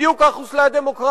בדיוק כך חוסלה הדמוקרטיה.